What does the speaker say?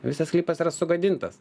visas sklypas yra sugadintas